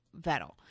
Vettel